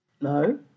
No